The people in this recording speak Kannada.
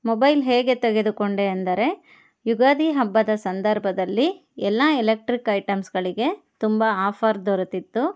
ಮೊಬೈಲ್ ಹೇಗೆ ತೆಗೆದುಕೊಂಡೆ ಎಂದರೆ ಯುಗಾದಿ ಹಬ್ಬದ ಸಂದರ್ಭದಲ್ಲಿ ಎಲ್ಲ ಎಲೆಕ್ಟ್ರಿಕ್ ಐಟಮ್ಸ್ಗಳಿಗೆ ತುಂಬ ಆಫರ್ ದೊರೆತಿತ್ತು